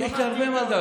יש לי הרבה על מה לדבר.